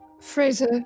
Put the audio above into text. Fraser